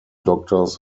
doctors